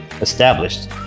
established